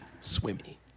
Swimmy